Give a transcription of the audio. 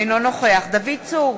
אינו נוכח דוד צור,